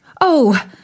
Oh